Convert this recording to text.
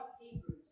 Hebrews